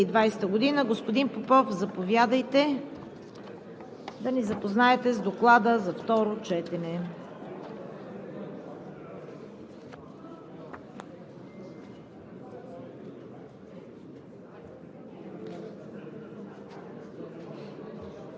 БЪЛГАРИЯ. Вносител е Министерският съвет на 17 август 2020 г., приет на първо гласуване на 24 септември 2020 г. Господин Попов, заповядайте да ни запознаете с Доклада за второ четене.